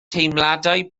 teimladau